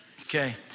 Okay